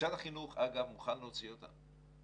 משרד החינוך, אגב, מוכן להחזיר אותם.